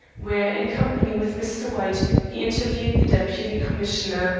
where, in company with mr. white, he interviewed the deputy commissioner,